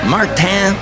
Martin